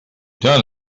done